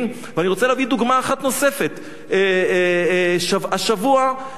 ואני רוצה להביא דוגמה אחת נוספת: השבוע היה פינוי,